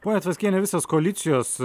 ponia tvaskiene visas koalicijos